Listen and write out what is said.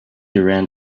around